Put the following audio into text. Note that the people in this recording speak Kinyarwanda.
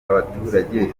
abaturage